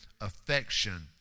affection